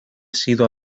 sido